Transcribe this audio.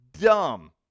dumb